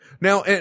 now